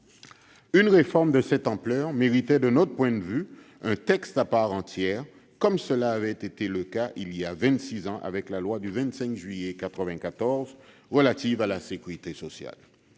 Une réforme de cette ampleur méritait, de notre point de vue, un texte à part entière, comme cela avait été le cas, voilà vingt-six ans, avec la loi du 25 juillet 1994 relative à la sécurité sociale.